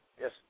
Yes